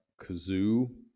kazoo